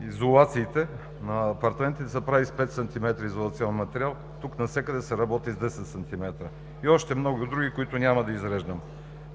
изолациите на апартаментите, се прави с 5 см изолационен материал, а тук навсякъде се работи с 10 см. И още много други, които няма да изреждам.